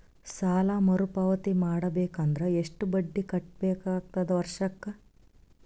ಸಾಲಾ ಮರು ಪಾವತಿ ಮಾಡಬೇಕು ಅಂದ್ರ ಎಷ್ಟ ಬಡ್ಡಿ ಕಟ್ಟಬೇಕಾಗತದ ವರ್ಷಕ್ಕ?